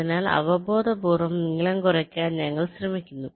അതിനാൽ അവബോധപൂർവ്വം നീളം കുറയ്ക്കാൻ ഞങ്ങൾ ശ്രമിക്കുന്നു